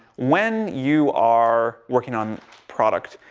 when you are working on product,